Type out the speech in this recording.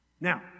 Now